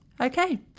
Okay